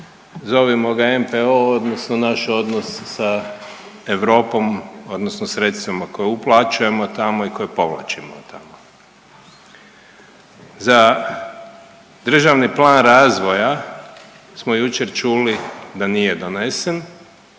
zovemo ga NPOO odnosno naš odnos sa Europom odnosno sredstvima koja uplaćujemo tamo i koja povlačimo od tamo. Za državni plan razvoja smo jučer čuli da nije donesen,